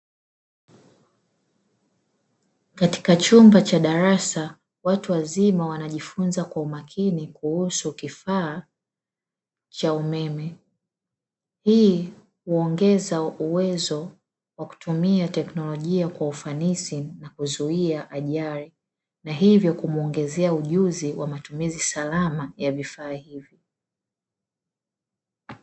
Katika chumba cha darasa watu wazima wanajifunza kwa umakini kuhusu kifaa cha umeme. Hii huongeza uwezo wa kutumia teknolojia kwa ufanisi na kuzuia ajali na hivyo kumuongezea ujuzi wa matumizi salama ya vifaa hivyo.